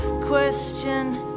Question